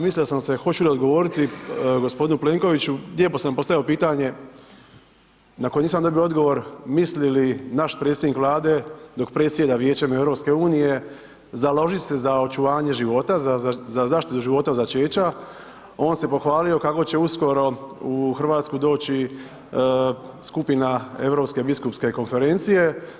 Mislio sam se hoću li odgovoriti gospodinu Plenkoviću, lijepo sam postavio pitanje na koji nisam dobio odgovor, misli li naš predsjednik Vlade dok predsjeda Vijećem EU založiti se za očuvanje života, za zaštitu života od začeća, on se pohvalio kako će uskoro u Hrvatsku doći skupina Europske biskupske konferencije.